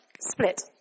split